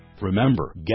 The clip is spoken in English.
Remember